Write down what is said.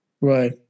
Right